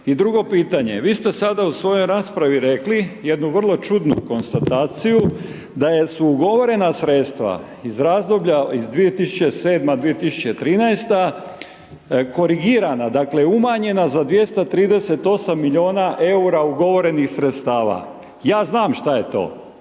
I drugo pitanje, vi ste sada u svojoj raspravi rekli jednu vrlo čudnu konstataciju da su ugovorena sredstava iz razdoblja iz 2007., 2013., korigirana, dakle, umanjena za 238 milijuna EUR-a ugovorenih sredstava. Ja znam šta je to,